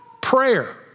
prayer